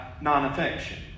non-affection